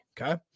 Okay